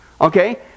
Okay